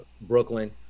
Brooklyn